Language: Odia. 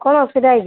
କ'ଣ ଅସୁବିଧା ହୋଇଛି